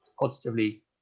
positively